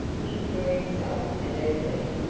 he threw himself at her feet,